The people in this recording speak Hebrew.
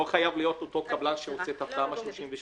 לא חייב להיות אותו קבלן שעושה את תמ"א 38,